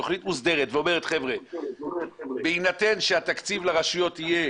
תוכנית מוסדרת שאומרת בהינתן שהתקציב לרשויות יהיה